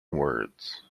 words